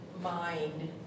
mind